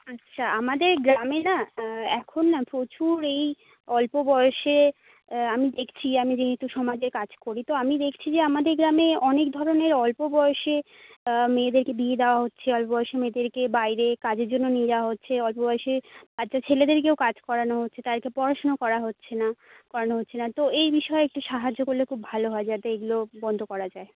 আচ্ছা আমাদের গ্রামে না এখন না প্রচুর এই অল্প বয়সে আমি দেখছি আমি যেহেতু সমাজে কাজ করি তো আমি দেখছি যে আমাদের গ্রামে অনেক ধরনের অল্প বয়সে মেয়েদেরকে বিয়ে দেওয়া হচ্ছে অল্প বয়সে মেয়েদেরকে বাইরে কাজের জন্য নিয়ে যাওয়া হচ্ছে অল্প বয়সে বাচ্চা ছেলেদেরকেও কাজ করানো হচ্ছে তাদেরকে পড়াশোনা করা হচ্ছে না করানো হচ্ছে না তো এই বিষয়ে একটু সাহায্য করলে খুব ভালো হয় যাতে এইগুলো বন্ধ করা যায়